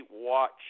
watch